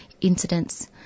incidents